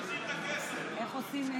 תחזיר את הכסף, אל תבוא ותבלבל לנו את המוח.